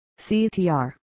CTR